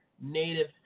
native